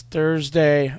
Thursday